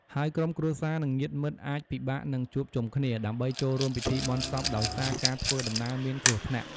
ហើយក្រុមគ្រួសារ និងញាតិមិត្តអាចពិបាកនឹងជួបជុំគ្នា ដើម្បីចូលរួមពិធីបុណ្យសពដោយសារការធ្វើដំណើរមានគ្រោះថ្នាក់។